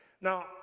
Now